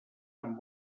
amb